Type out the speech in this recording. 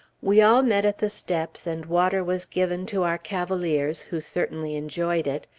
we all met at the steps, and water was given to our cavaliers, who certainly enjoyed it.